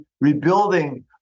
rebuilding